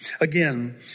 Again